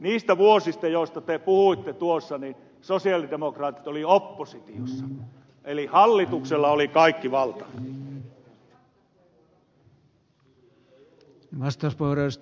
niinä vuosina joista te puhuitte tuossa sosialidemokraatit olivat oppositiossa eli hallituksella oli kaikki valta